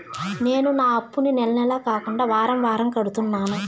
నేను నా అప్పుని నెల నెల కాకుండా వారం వారం కడుతున్నాను